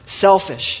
selfish